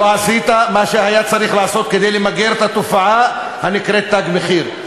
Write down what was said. לא עשית מה שהיה צריך לעשות כדי למגר את התופעה הנקראת "תג מחיר",